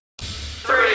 Three